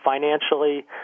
financially